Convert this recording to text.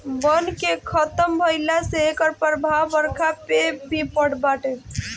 वन के खतम भइला से एकर प्रभाव बरखा पे भी पड़त बाटे